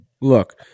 look